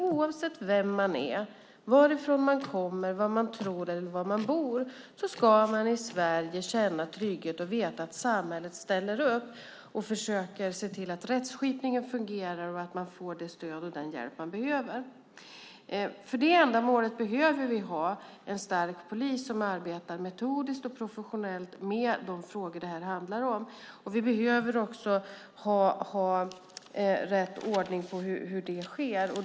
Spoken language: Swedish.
Oavsett vem man är, varifrån man kommer, vad man tror och var man bor ska man i Sverige känna trygghet, veta att samhället ställer upp och försöker se till att rättskipningen fungerar samt att man får det stöd och den hjälp man behöver. För det ändamålet behöver vi ha en stark polis som arbetar metodiskt och professionellt med de frågor det handlar om. Vi behöver även ha rätt ordning på hur det sker.